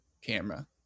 Camera